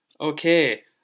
Okay